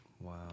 Wow